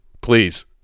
Please